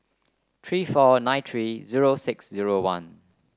three four nine three zero six zero one